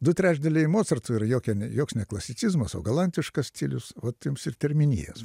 du trečdaliai mocarto yra jokia joks ne klasicizmas o galantiškas stilius vat jums ir terminijos